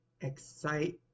excite